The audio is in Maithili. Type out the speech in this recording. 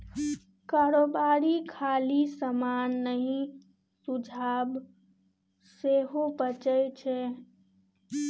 कारोबारी खाली समान नहि सुझाब सेहो बेचै छै